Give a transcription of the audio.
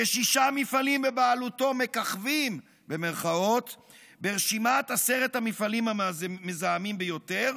ששישה מפעלים בבעלותו "מככבים" ברשימת עשרת המפעלים המזהמים ביותר,